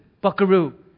buckaroo